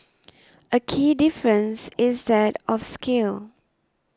a key difference is that of scale